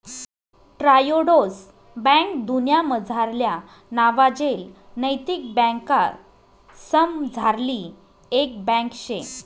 Triodos bank दुन्यामझारल्या नावाजेल नैतिक बँकासमझारली एक बँक शे